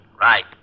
Right